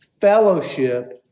fellowship